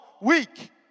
week